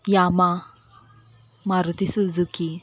Yamaha Maruti Suzuki